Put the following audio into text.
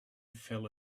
fell